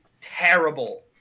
terrible